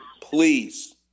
please